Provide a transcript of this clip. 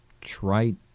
trite